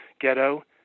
ghetto